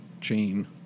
chain